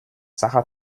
sacher